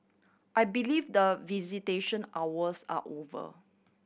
I believe the visitation hours are over